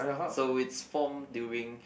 so it's formed during